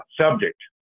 subject